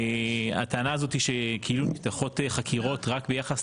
הטענה הזאת שכאילו נפתחות חקירות רק ביחס